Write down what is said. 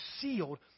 sealed